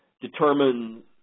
determine